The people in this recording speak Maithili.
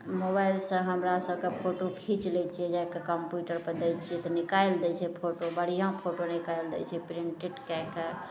मोबाइलसँ हमरा सबके फोटो खीच लै छियै जा कऽ कम्प्यूटरपर दै छियै तऽ निकालि दै छै फोटो बढ़िआँ फोटो निकालि दै छै प्रिंटेड कए कऽ